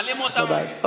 משהו בערבית.